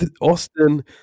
austin